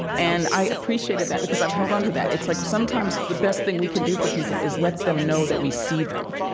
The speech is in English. and i appreciated that, because i've held onto that. it's like sometimes the best thing we can do for people is let them know that we see them